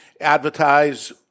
advertise